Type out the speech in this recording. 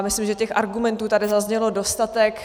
Myslím, že argumentů tady zaznělo dostatek.